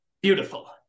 beautiful